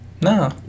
no